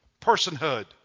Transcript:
Personhood